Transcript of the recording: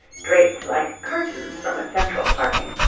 draped like curtains from a central parting,